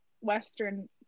western